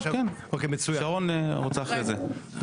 שרון אחרי זה ואחרי זה לימור.